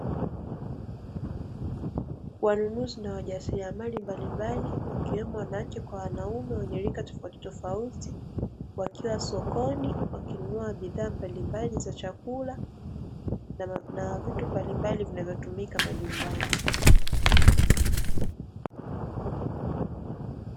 Wanaunuzi na wajasiriamali mbalimbali wakiwemo wanawake kwa wanaume wa rika tofautitofauti, wakiwa sokoni wakinunua bidhaa mbalimbali za chakula na vitu mbalimbali vinavyotumika majumbani,